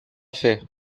fer